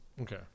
okay